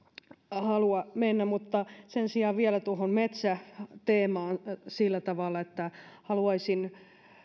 halua mennä sen sijaan vielä tuohon metsäteemaan sillä tavalla että haluaisin